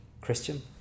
Christian